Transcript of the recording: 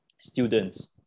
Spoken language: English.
students